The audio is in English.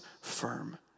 firm